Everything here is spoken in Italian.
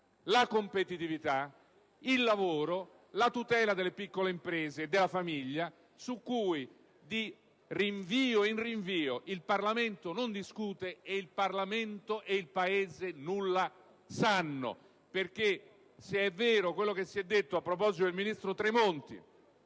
la competitività, il lavoro, la tutela delle piccole imprese e della famiglia, su cui, di rinvio in rinvio, il Parlamento non discute, e di cui il Parlamento e il Paese nulla sanno. Se è vero quello che si è detto a proposito del ministro Tremonti,